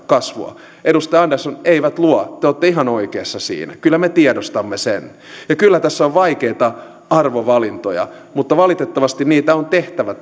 kasvua edustaja andersson eivät luo te olette ihan oikeassa siinä kyllä me tiedostamme sen ja kyllä tässä on vaikeita arvovalintoja mutta valitettavasti niitä on tehtävä